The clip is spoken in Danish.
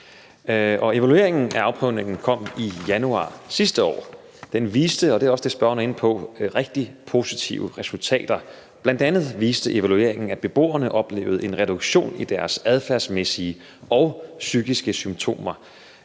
Evalueringen af afprøvningen kom i januar sidste år. Den viste – og det er også det, spørgeren er inde på – rigtig positive resultater. Bl.a. viste evalueringen, at beboerne oplevede en reduktion i deres adfærdsmæssige og psykiske symptomer.